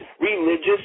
religious